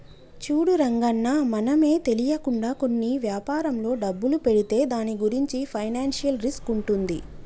చూడు రంగన్న మనమే తెలియకుండా కొన్ని వ్యాపారంలో డబ్బులు పెడితే దాని గురించి ఫైనాన్షియల్ రిస్క్ ఉంటుంది